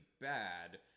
bad